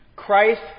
Christ